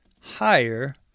higher